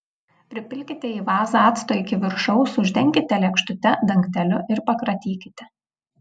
pripilkite į vazą acto iki viršaus uždenkite lėkštute dangteliu ir pakratykite